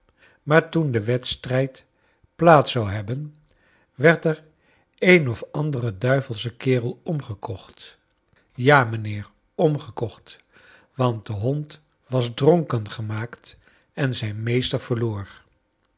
maar toen de wedstrijd plaats zou hebben werd er een of andere duivelsche kerel omgekocht ja mijnheer omgekocht want de hond was dronken gemaakt en zijn meester verloor